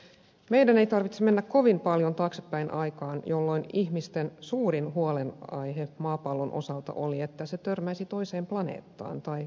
meidän ei tarvitse mennä kovin paljon taaksepäin aikaan jolloin ihmisten suurin huolenaihe maapallon osalta oli että se törmäisi toiseen planeettaan tai komeettaan